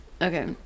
okay